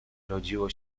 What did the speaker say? rodziło